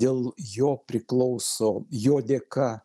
dėl jo priklauso jo dėka